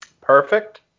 Perfect